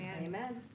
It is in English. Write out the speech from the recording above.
Amen